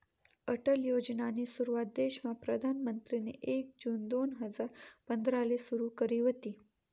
अटल योजनानी सुरुवात देशमा प्रधानमंत्रीनी एक जून दोन हजार पंधराले सुरु करी व्हती